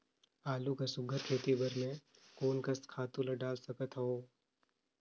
आलू कर सुघ्घर खेती बर मैं कोन कस खातु ला डाल सकत हाव?